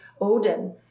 Odin